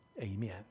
amen